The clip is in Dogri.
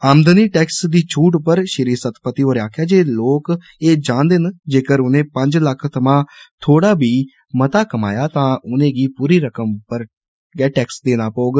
आमदनी टैक्स दी छूट पर श्री सतपति होरें आक्खेआ जे लोक एह् जानदे न जेकर उनें पंज लक्ख थमां थोह्ड़ा बी कमाया तां उनेंगी पूरी रकम उप्पर गै टैक्स देना पौहग